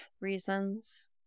reasons